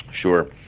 Sure